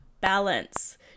balance